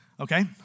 Okay